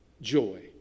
joy